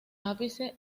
ápice